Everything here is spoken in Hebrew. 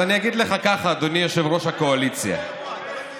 אז אני אגיד לך כך, אדוני יושב-ראש הקואליציה: אתם